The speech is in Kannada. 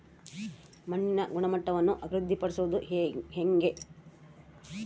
ಮಣ್ಣಿನ ಗುಣಮಟ್ಟವನ್ನು ಅಭಿವೃದ್ಧಿ ಪಡಿಸದು ಹೆಂಗೆ?